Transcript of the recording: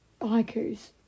haikus